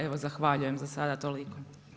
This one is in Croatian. Evo zahvaljujem, za sada toliko.